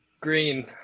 Green